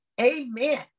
amen